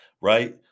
right